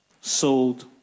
sold